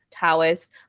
taoist